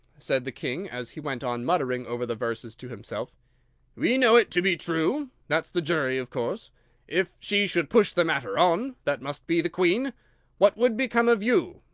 said the king, as he went on muttering over the verses to himself we know it to be true that's the jury, of course if she should push the matter on that must be the queen what would become of you?